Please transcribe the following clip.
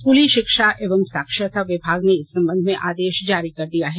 स्कूली शिक्षा एवं साक्षरता विभाग ने इस संबंध में आदेश जारी कर दिया है